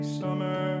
summer